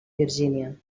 virgínia